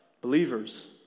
believers